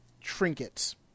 trinkets